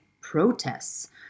protests